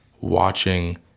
watching